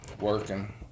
working